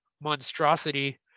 monstrosity